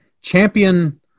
champion